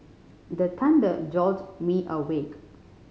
the thunder jolt me awake